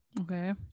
Okay